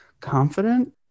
confident